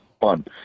fun